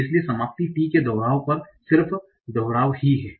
इसलिए समाप्ति t के दोहराव पर सिर्फ दोहराव है